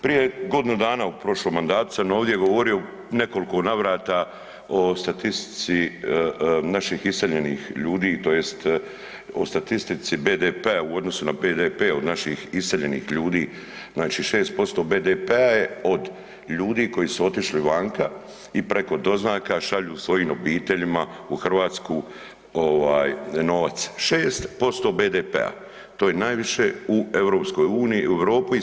Prije godinu dana u prošlom mandatu sam ovdje govorio u nekoliko navrata o statistici naših iseljenih ljudi, tj. o statistici BDP-a u odnosu na BDP od naših iseljenih ljudi, znači 6% BDP-a je od ljudi koji su otišli vanka i preko doznaka šalju svojim obiteljima u Hrvatsku ovaj novac, 6% BDP-a to je najviše u EU, Europi i svitu.